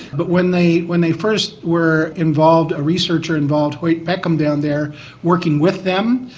but when they when they first were involved, a researcher involved, hoyt peckham, down there working with them,